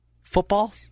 Football